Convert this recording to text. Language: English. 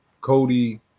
Cody